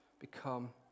become